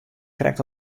krekt